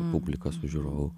publika su žiūrovu